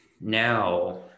now